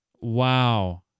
Wow